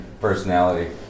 personality